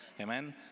Amen